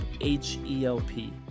H-E-L-P